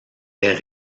est